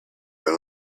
your